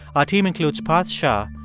our team includes parth shah,